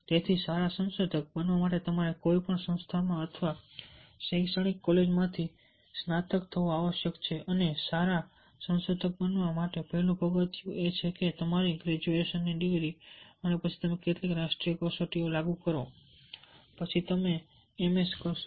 તેથી સારા સંશોધક બનવા માટે તમારે કોઈ સંસ્થા અથવા શૈક્ષણિક કૉલેજમાંથી સ્નાતક થવું આવશ્યક છે અને સારા સંશોધક બનવા માટેનું પહેલું પગલું એ છે કે તમારી ગ્રેજ્યુએશનની ડિગ્રી અને પછી તમે કેટલીક રાષ્ટ્રીય કસોટીઓ લાગુ કરો પછી તમે એમએસ કરશો